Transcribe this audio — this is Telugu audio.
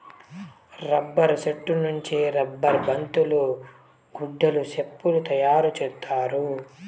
రబ్బర్ సెట్టు నుంచి రబ్బర్ బంతులు గుడ్డలు సెప్పులు తయారు చేత్తారు